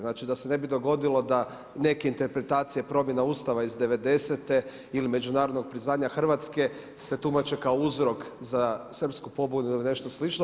Znači da se ne bi dogodilo da neke interpretacije i promjena Ustava iz '98.-te ili međunarodnog priznanja Hrvatske, se tumače kao uzrok za srpsku pobunu ili nešto slično.